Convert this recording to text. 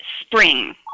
spring